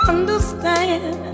Understand